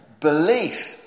Belief